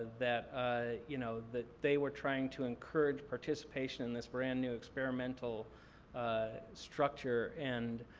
that ah you know that they were trying to encourage participation in this brand new experimental ah structure. and